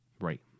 right